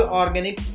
organic